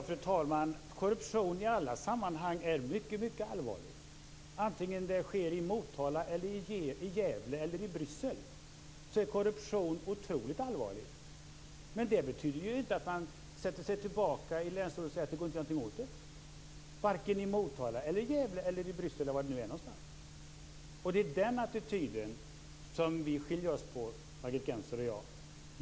Fru talman! Korruption i alla sammanhang är mycket, mycket allvarligt. Oavsett om det sker i Motala, i Gävle eller i Bryssel är korruption otroligt allvarligt. Men det betyder inte att man lutar sig tillbaka i länstolen och säger att det inte går att göra någonting åt det - varken i Motala, Gävle, Bryssel eller var det nu är någonstans. Det är när det gäller den attityden som Margit Gennser och jag skiljer oss åt.